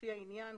לפי העניין,